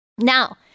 Now